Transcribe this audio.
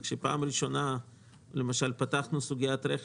כאשר בפעם הראשונה למשל פתחנו את סוגיית רכש